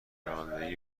رانندگی